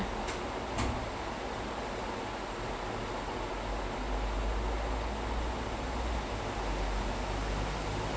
but I still think all the best time travels probably twenty four tamil leh வந்து:vanthu like நிறையா பண்ணி இருகாங்க:niraiyaa panni irukaanga but twenty four was an interesting concept